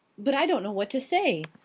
but i don't know what to say.